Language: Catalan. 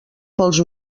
pels